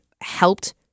helped